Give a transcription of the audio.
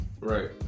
Right